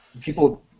people